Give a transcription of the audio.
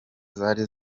zari